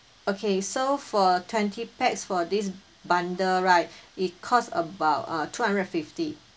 okay so for twenty pax for this bundle right it cost about uh two hundred and fifty